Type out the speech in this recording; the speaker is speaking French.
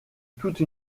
toute